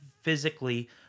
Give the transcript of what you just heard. physically